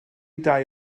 dau